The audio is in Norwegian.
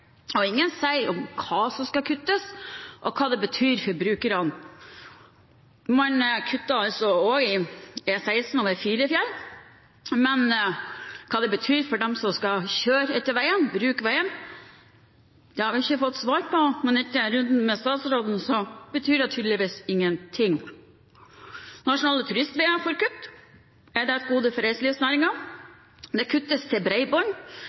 og ingen sier hva som skal kuttes, og hva det betyr for brukerne. Man kutter også i E16 over Filefjell. Hva det betyr for dem som skal bruke veien, har vi ikke fått svar på. Etter runden med statsråden betyr det tydeligvis ingenting. Nasjonale turistveier får kutt. Er det et gode for reiselivsnæringen? Det kuttes på bredbånd. Det betyr at det fortsatt vil være mange som har dårlige bredbåndsløsninger. Uansett om man ønsker å utfordre aktørene til